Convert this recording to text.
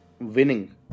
Winning